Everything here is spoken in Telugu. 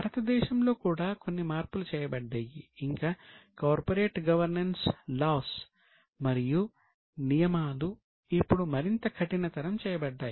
భారతదేశంలో కూడా కొన్ని మార్పులు చేయబడ్డాయి ఇంకా కార్పొరేట్ గవర్నెన్స్ లాస్ మరియు నియమాలు ఇప్పుడు మరింత కఠినతరం చేయబడ్డాయి